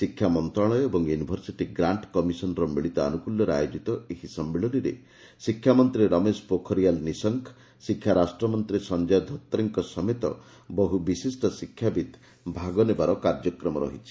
ଶିକ୍ଷା ମନ୍ତଣାଳୟ ଏବଂ ୟୁନିଭରସିଟି ଗ୍ରାକ୍କ କମିଶନର ମିଳିତ ଆନୁକୁଲ୍ୟରେ ଅୟୋଜିତ ଏହି ସମ୍ମିଳନୀରେ ଶିକ୍ଷାମନ୍ତୀ ରମେଶ ଶିକ୍ଷାରାଷ୍ଟ୍ରମନ୍ତୀ ସଂଜୟ ଧୋତ୍ରେଙ୍କ ସମେତ ବହୁ ବିଶିଷ୍ ଶିକ୍ଷାବିତ୍ ଭାଗନେବାର କାର୍ଯ୍ୟକ୍ମ ରହିଛି